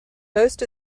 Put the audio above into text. most